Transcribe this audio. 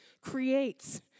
creates